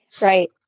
Right